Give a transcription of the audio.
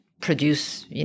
produce